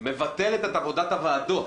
מבטלת את עבודת הוועדות.